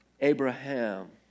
Abraham